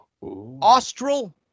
Austral